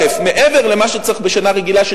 עודף מעבר למה שצריך בשנה רגילה,